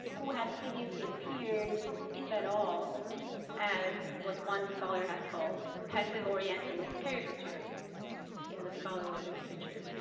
who had previously appeared if at all as with one scholar has called passive orientalist caricatures in the scholar like literature.